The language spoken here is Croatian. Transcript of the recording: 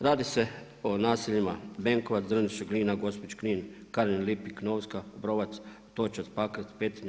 Radi se o naseljima Benkovac, Drniš, Glina, Gospić, Knin, Karin, Lipik, Novska, Obrovac, Otočac, Pakrac, Petrinja.